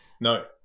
No